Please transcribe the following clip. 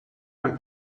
and